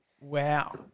Wow